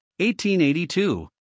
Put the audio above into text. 1882